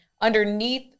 underneath